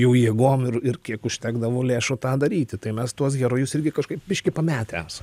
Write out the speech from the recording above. jų jėgom ir ir kiek užtekdavo lėšų ką daryti tai mes tuos herojus irgi kažkaip biškį pametę esam